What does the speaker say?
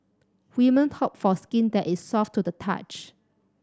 women hope for skin that is soft to the touch